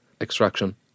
extraction